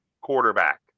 quarterback